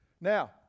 now